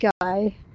guy